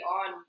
on